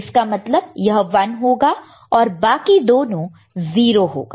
इसका मतलब यह 1 होगा और बाकी दोनों 0 होगा